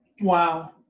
Wow